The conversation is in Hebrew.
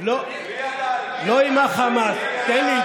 תן לי,